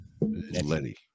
Letty